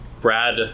Brad